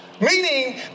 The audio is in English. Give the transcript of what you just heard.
Meaning